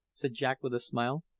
said jack with a smile.